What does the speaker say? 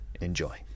Enjoy